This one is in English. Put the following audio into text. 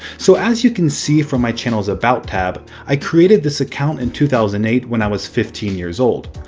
so as you can see from my channel's about tab, i created this account in two thousand and eight when i was fifteen years old.